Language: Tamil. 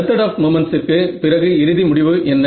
மெத்தட் ஆப் மொமெண்ட்ஸிற்கு பிறகு இறுதி முடிவு என்ன